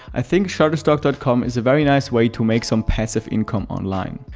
i think shutterstock dot com is a very nice way to make some passive income online.